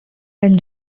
and